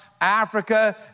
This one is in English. Africa